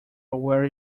where